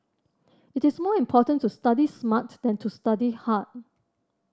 it is more important to study smart than to study hard